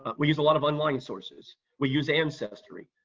but we use a lot of online sources. we use ancestry.